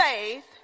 faith